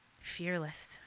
Fearless